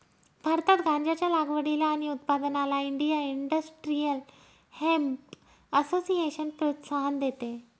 भारतात गांज्याच्या लागवडीला आणि उत्पादनाला इंडिया इंडस्ट्रियल हेम्प असोसिएशन प्रोत्साहन देते